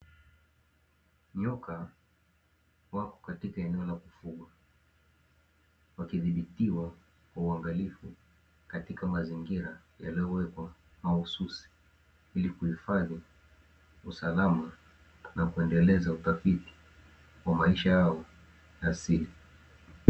Nyoka wapo katika eneo la kufungwa wakidhibitiwa kwa uangalifu katika mazingira yaliyowekwa mahususi ili kuhifadhi usalama, na kuendeleza utafiti wa maisha yao ya asili.